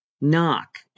Knock